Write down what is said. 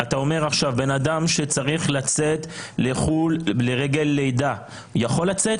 אתה אומר עכשיו שאדם שצריך לצאת לחו"ל לרגל לידה יכול לצאת?